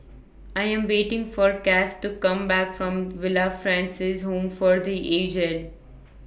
I Am waiting For Cas to Come Back from Villa Francis Home For The Aged